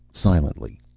silently.